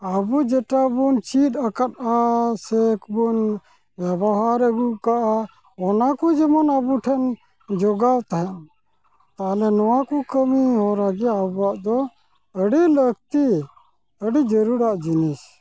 ᱟᱵᱚ ᱡᱮᱴᱟ ᱵᱚᱱ ᱪᱮᱫ ᱟᱠᱟᱫᱼᱟ ᱥᱮ ᱠᱚᱵᱚᱱ ᱵᱮᱵᱚᱦᱟᱨ ᱟᱜᱩᱣ ᱠᱟᱜᱼᱟ ᱚᱱᱟ ᱠᱚ ᱡᱮᱢᱚᱱ ᱟᱵᱚ ᱴᱷᱮᱱ ᱡᱚᱜᱟᱣ ᱛᱟᱦᱮᱱ ᱛᱟᱦᱚᱞᱮ ᱱᱚᱣᱟ ᱠᱚ ᱠᱟᱹᱢᱤ ᱦᱚᱨᱟ ᱜᱮ ᱟᱵᱚᱣᱟᱜ ᱫᱚ ᱟᱹᱰᱤ ᱞᱟᱹᱠᱛᱤ ᱟᱹᱰᱤ ᱡᱟᱹᱨᱩᱲᱟᱜ ᱡᱤᱱᱤᱥ